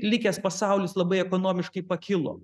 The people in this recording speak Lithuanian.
likęs pasaulis labai ekonomiškai pakilo